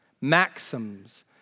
maxims